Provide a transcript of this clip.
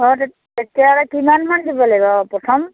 অঁ তেতিয়াহ'লে কিমানমান দিব লাগিব প্ৰথম